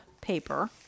paper